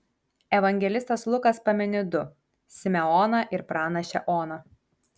evangelistas lukas pamini du simeoną ir pranašę oną